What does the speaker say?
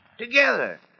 Together